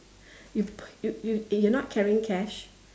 you you you you are not carrying cash